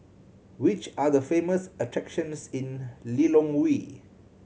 which are the famous attractions in Lilongwe